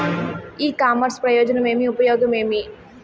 ఇ commerce ప్రయోజనం ఏమి? ఉపయోగం ఏమి?